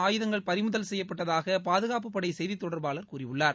ஆயுதங்கள் பறிமுதல் செய்யப்பட்டதாக பாதுகாப்பு படை செய்தி தொடர்பாளர் கூறியுள்ளார்